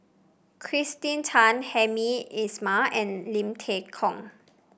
Kirsten Tan Hamed Ismail and Lim Tay Kong